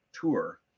tour